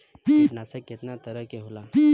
कीटनाशक केतना तरह के होला?